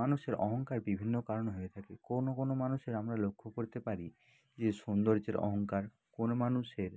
মানুষের অহংকার বিভিন্ন কারণে হয়ে থাকে কোনও কোনও মানুষের আমরা লক্ষ্য করতে পারি যে সৌন্দর্যের অহংকার কোনও মানুষের